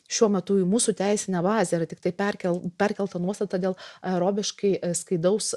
šiuo metu į mūsų teisinę bazę yra tiktai perkel perkelta nuostata dėl aerobiškai skaidaus